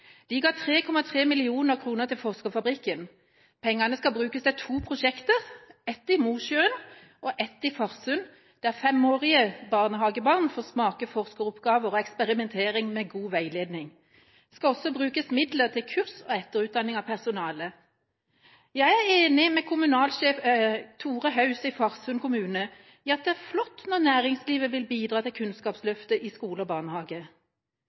De ga 3,3 mill. kr til Forskerfabrikken. Pengene skal brukes til to prosjekter, ett i Mosjøen og ett i Farsund, der femårige barnehagebarn får smake forskeroppgaver og eksperimentering med god veiledning. Det skal også brukes midler til kurs og etterutdanning av personalet. Jeg er enig med kommunalsjef Tore Haus i Farsund kommune i at det er flott når næringslivet vil bidra til Kunnskapsløftet i skole og barnehage.